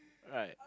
right